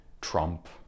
Trump